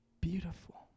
beautiful